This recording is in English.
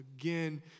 again